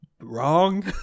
wrong